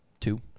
Two